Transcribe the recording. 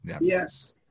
Yes